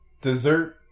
Dessert